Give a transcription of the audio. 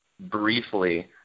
briefly